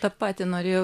tą patį norėjau